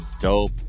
dope